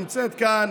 נמצאת כאן